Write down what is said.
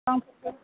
फांबैसेथो